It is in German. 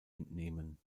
entnehmen